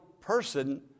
person